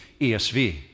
ESV